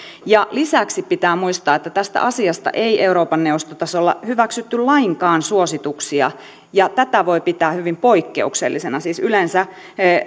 lisäksi pitää muistaa että tästä asiasta ei eurooppa neuvoston tasolla hyväksytty lainkaan suosituksia ja tätä voi pitää hyvin poikkeuksellisena siis yleensä